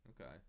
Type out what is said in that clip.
Okay